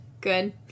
Good